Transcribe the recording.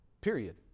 Period